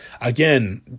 Again